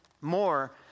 more